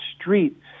street